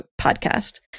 podcast